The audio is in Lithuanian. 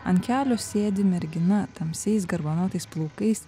ant kelio sėdi mergina tamsiais garbanotais plaukais